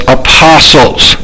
apostles